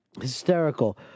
hysterical